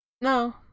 No